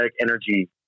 energy